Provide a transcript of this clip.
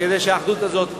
כדי שהאחדות הזאת תישמר,